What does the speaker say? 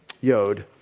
yod